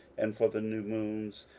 and for the new moons,